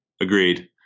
Agreed